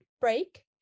break